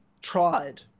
tried